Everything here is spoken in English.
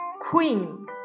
queen